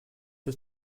ist